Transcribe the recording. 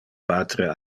patre